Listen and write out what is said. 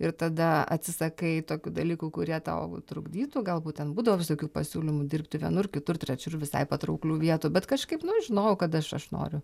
ir tada atsisakai tokių dalykų kurie tau trukdytų galbūt ten būdavo visokių pasiūlymų dirbti vienur kitur trečiur visai patrauklių vietų bet kažkaip nu žinojau kad aš aš noriu